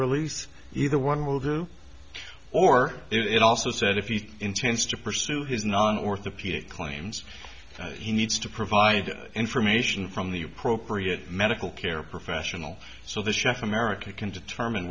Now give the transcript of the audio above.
release either one will do or it also said if he intends to pursue his non orthopedic claims he needs to provide information from the appropriate medical care professional so the chef america can determine